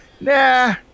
nah